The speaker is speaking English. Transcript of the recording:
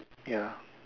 ya